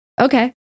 Okay